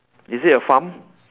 is it a farm